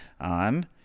on